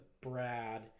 Brad